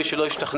מי שלא השתכנע,